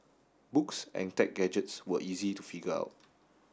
books and tech gadgets were easy to figure out